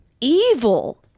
evil